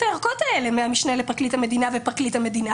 הארכות האלה מהמשנה לפרקליט המדינה ומפרקליט המדינה.